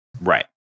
Right